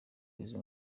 izi